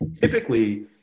typically